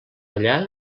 allà